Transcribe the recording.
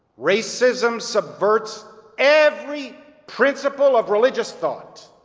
racism subverts every principle of religious thought.